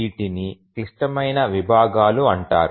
వీటిని క్లిష్టమైన విభాగాలు అంటారు